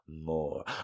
more